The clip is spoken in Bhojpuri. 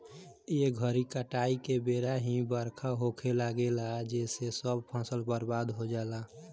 ए घरी काटाई के बेरा ही बरखा होखे लागेला जेसे सब फसल बर्बाद हो जाला